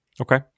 Okay